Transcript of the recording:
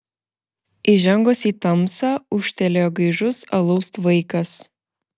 įžengus į tamsą ūžtelėjo gaižus alaus tvaikas